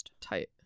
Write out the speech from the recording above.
Tight